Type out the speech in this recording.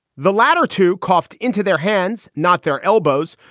the latter two coughed into their hands, not their elbows.